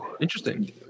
interesting